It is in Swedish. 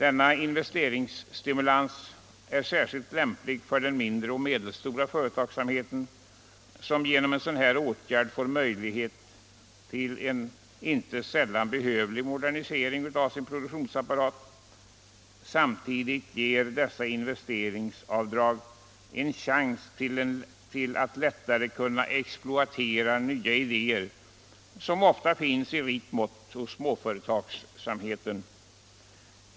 En investeringsstimulans är särskilt lämplig för den mindre och medelstora företagsamheten, som därigenom får tillfälle till en inte sällan behövlig modernisering av sin produktionsapparat. Samtidigt ger dessa investeringsavdrag företagen en chans att lättare kunna exploatera nya idéer, som ofta finns i rikt mått hos småföretagen.